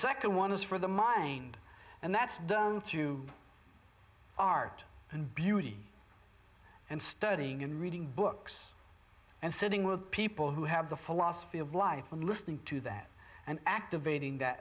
second one is for the mind and that's done through art and beauty and studying and reading books and sitting with people who have the philosophy of life and listening to that and activating that